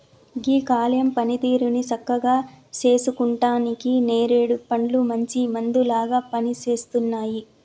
గీ కాలేయం పనితీరుని సక్కగా సేసుకుంటానికి నేరేడు పండ్లు మంచి మందులాగా పనిసేస్తున్నాయి